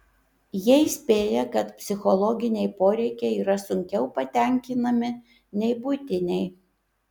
jie įspėja kad psichologiniai poreikiai yra sunkiau patenkinami nei buitiniai